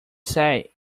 say